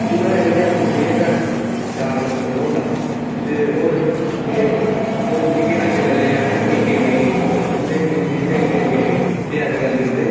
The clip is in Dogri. की नुहाड़े कन्नै अपनी सेह्त दा ख्याल रौहंदा ते होर एह् अज्जै कल्लै दे जागत् न एह् गेमें ई फोक्स दिंदे निं ऐ हैन दिक्खदे निं हैन गेमें ई एह् अज्जकल दिक्खदे